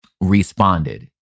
responded